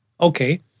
okay